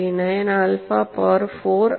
39 alpha power 4